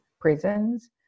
prisons